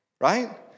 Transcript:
Right